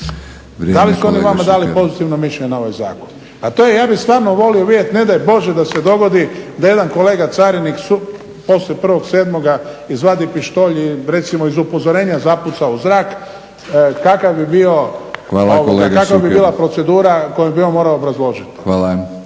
Da li su oni vama dali pozitivno mišljenje na ovaj zakon? Ja bih stvarno volio vidjet, ne daj Bože da se dogodi da jedan kolega carinik poslije 1.7. izvadi pištolj i recimo iz upozorenja zapuca u zrak, kakva bi bila procedura koju bi on morao obrazložit.